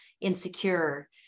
insecure